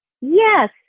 Yes